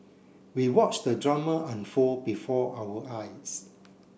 we watched the drama unfold before our eyes